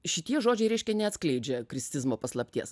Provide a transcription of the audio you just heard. šitie žodžiai reiškia neatskleidžia kristizmo paslapties